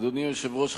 אדוני היושב-ראש,